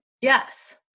Yes